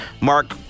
Mark